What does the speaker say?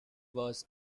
was